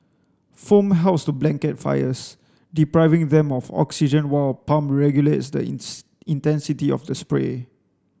foam helps to blanket fires depriving them of oxygen while a pump regulates the intensity of the spray